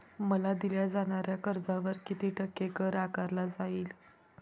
मला दिल्या जाणाऱ्या कर्जावर किती टक्के कर आकारला जाईल?